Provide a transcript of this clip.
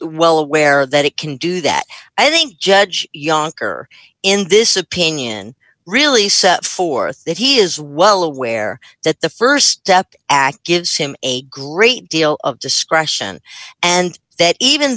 well aware that it can do that i think judge younger in this opinion really set forth that he is well aware that the st step act gives him a glory deal of discretion and that even